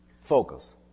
Focus